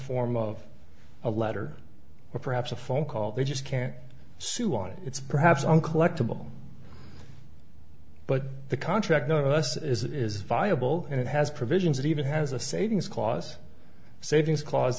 form of a letter or perhaps a phone call they just can't sue on it it's perhaps uncollectable but the contract none of us is it is viable and it has provisions that even has a savings clause savings cla